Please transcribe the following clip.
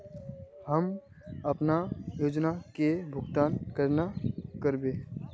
हम अपना योजना के भुगतान केना करबे?